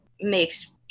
makes